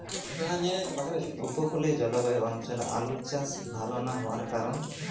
উপকূলীয় জলবায়ু অঞ্চলে আলুর চাষ ভাল না হওয়ার কারণ?